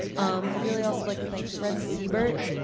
um i'd really also like to thank fred siebert.